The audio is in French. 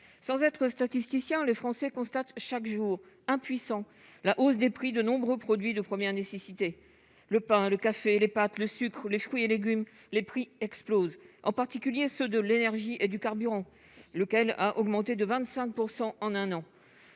Sans être statisticiens, les Français constatent chaque jour, impuissants, la hausse des prix de nombreux produits de première nécessité. Pain, café, pâtes, sucre, fruits et légumes : les prix explosent, en particulier ceux de l'énergie et du carburant, qui a augmenté de 25 % en un an.